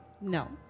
no